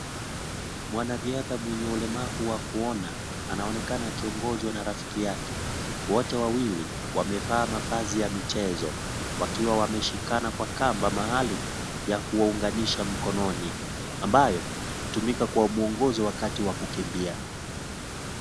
Mwanariadha mwenye ulemavu wa kuona anaonekana akiongozwa na rafiki yake, wote wawili wamevaa mavazi ya michezo wakiwa wameshikana kwa kamba maalum, ya kuwaunganisha mikononi, ambayo hutumika kuwa muongozo wakati wa kukimbia.